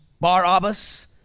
Barabbas